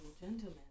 gentlemen